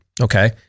Okay